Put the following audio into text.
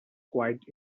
quite